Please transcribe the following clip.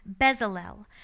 Bezalel